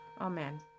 Amen